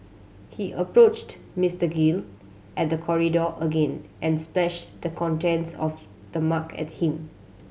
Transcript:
he approached Mister Gill at the corridor again and splashed the contents of the mug at him